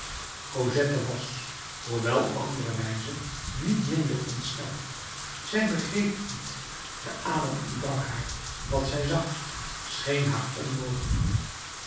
cosette was hoewel op andere wijze niet minder ontsteld zij begreep niet de adem ontbrak haar wat zij zag scheen haar onmogelijk